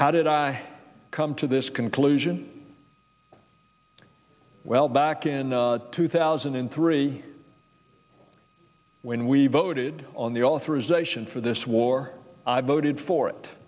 how did i come to this conclusion well back in two thousand and three when we voted on the all through zation for this war i voted for it